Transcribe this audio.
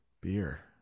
beer